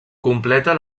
completa